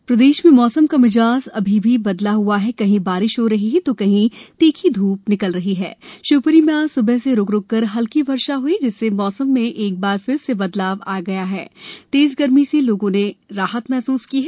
मौसम प्रदेश में मौसम का मिजाज अभी भी बदला हुआ हैकहीं बारिशा हो रही है तो कहीं तीखी ध्प निकल रही है शिवपुरी में आज सुबह से रुक रुक कर हल्की वर्षा हई जिससे मौसम में एक बार फिर से बदलाव आया तथा तेज गर्मी से राहत महसूस की गयी